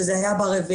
שזה היה ב-4.8,